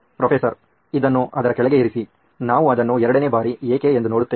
professor ಇದನ್ನು ಅದರ ಕೆಳಗೆ ಇರಿಸಿ ನಾವು ಅದನ್ನು ಎರಡನೇ ಬಾರಿ "ಏಕೆ" ಎಂದು ನೋಡುತ್ತೇವೆ